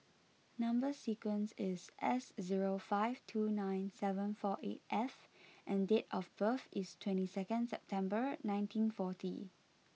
number sequence is S zero five two nine seven four eight F and date of birth is twenty second October nineteen forty